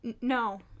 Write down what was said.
No